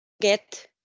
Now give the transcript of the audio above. Get